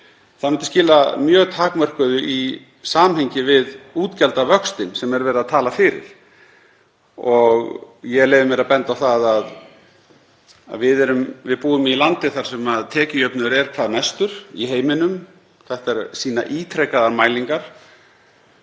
Það myndi skila mjög takmörkuðu í samhengi við útgjaldavöxtinn sem verið er að tala fyrir. Ég leyfi mér að benda á að við búum í landi þar sem tekjujöfnuður er hvað mestur í heiminum, það sýna ítrekaðar mælingar.